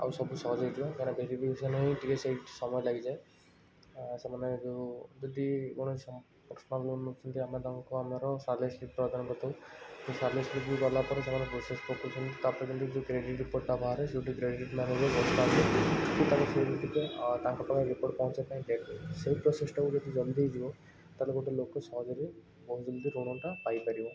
ଆଉ ସବୁ ସହଜ ହେଇଯିବ କାରଣ ଭେରିଫିକେସନ୍ ହେଇଥିଲେ ସେଇଠି ସମୟ ଲାଗି ଯାଏ ସେମାନେ ଯେଉଁ ଯଦି କୌଣସି ଏକ୍ସଟ୍ରା ଲୋନ୍ ନେଉଛନ୍ତି ଆମେ ତାଙ୍କ ଆମର ସାଲେରୀ ସ୍ଲିପ୍ ପ୍ରଦାନ କରିଥାଉ ସେ ସାଲେରୀ ସ୍ଲିପ୍ ଧରିଲା ପରେ ସେମାନେ ପ୍ରୋସେସ୍ ପକାଉଛନ୍ତି ତାପରେ ଯେଉଁ କ୍ରେଡ଼ିଟ୍ ସ୍କୋର୍ଟା ବାହାରେ କ୍ରେଡ଼ିଟ୍ ମ୍ୟାନେଜର୍ ତାଙ୍କ ପାଖରେ ରିପୋର୍ଟ ପହଞ୍ଚେଇବା ପାଇଁ କ୍ରେଡ଼ିଟ୍ ସେଇ ପ୍ରୋସେସ୍ଟା ଜଲ୍ଦି ହେଇଯିବ ତାହାଲେ ଗୋଟେ ଲୋକ ସହଜରେ ଋଣ ପାଇପାରିବ